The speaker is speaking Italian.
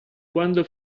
quando